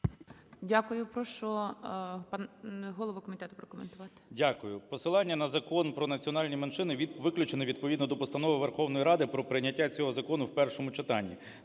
Дякую. Прошу пана голову комітету прокоментувати.